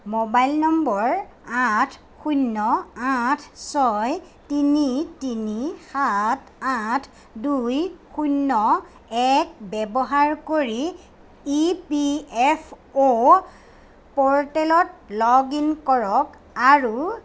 mobile নম্বৰ আঠ শূন্য আঠ ছয় তিনি তিনি সাত আঠ দুই শূন্য এক ব্যৱহাৰ কৰি ইপিএফঅ' প'ৰ্টেলত লগ ইন কৰক আৰু